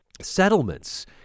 settlements